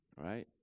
right